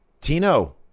Tino